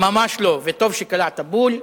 ממש לא, וטוב שקלעת בול,